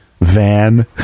Van